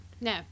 no